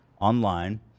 online